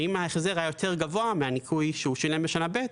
ואם ההחזר היה יותר גבוה מהניכוי שהוא שילם בשנה ב'